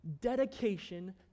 dedication